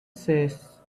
says